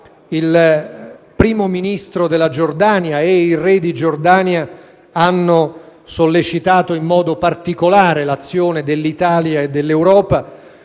Il Primo Ministro e il Re di Giordania hanno sollecitato, in modo particolare, l'azione dell'Italia e dell'Europa,